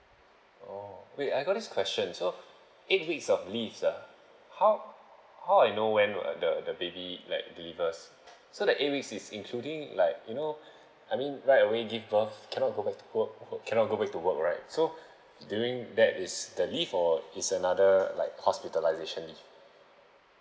oh wait I got this question so eight weeks of leave ah how how I know when will the the baby like delivers so that eight weeks is including like you know I mean right away give birth cannot go back to work work cannot go back to work right so during that is the leave or is another like hospitalisation leave